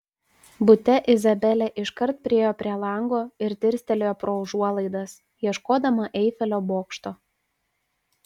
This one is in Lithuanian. bute izabelė iškart priėjo prie lango ir dirstelėjo pro užuolaidas ieškodama eifelio bokšto